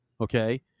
Okay